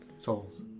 Souls